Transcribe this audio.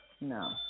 No